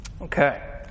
Okay